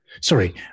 Sorry